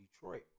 Detroit